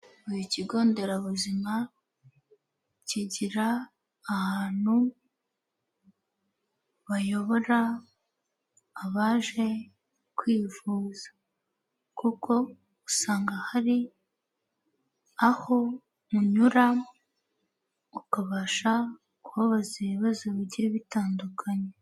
Buri kigo nderabuzima kigira ahantu bayobora abaje kwivuza, kuko usanga hari aho unyura ukabasha kubabaza ibibazo bigiye bitandukanye.